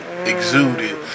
exuded